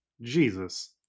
Jesus